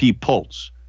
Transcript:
pulse